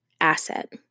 asset